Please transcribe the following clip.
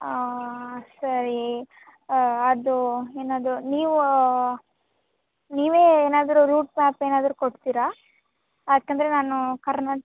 ಹಾಂ ಸರಿ ಅದು ಏನಾದರೂ ನೀವು ನೀವೇ ಏನಾದರೂ ರೂಟ್ ಮ್ಯಾಪ್ ಏನಾದರೂ ಕೊಡ್ತೀರಾ ಯಾಕೆಂದರೆ ನಾನು ಕರ್ನಾಟಕ